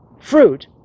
fruit